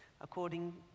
according